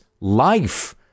life